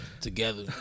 together